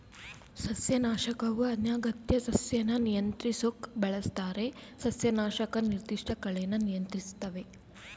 ಸಸ್ಯನಾಶಕವು ಅನಗತ್ಯ ಸಸ್ಯನ ನಿಯಂತ್ರಿಸೋಕ್ ಬಳಸ್ತಾರೆ ಸಸ್ಯನಾಶಕ ನಿರ್ದಿಷ್ಟ ಕಳೆನ ನಿಯಂತ್ರಿಸ್ತವೆ